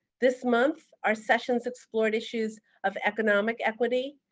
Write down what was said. this month our sessions explored issues of economic equity,